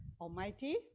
Almighty